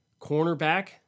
cornerback